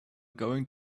going